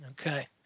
Okay